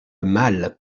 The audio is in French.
mâle